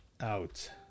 out